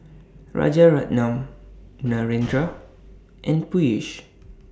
Rajaratnam Narendra and Peyush